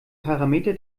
parameter